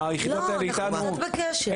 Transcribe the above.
לא, אנחנו קצת בקשר.